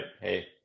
Hey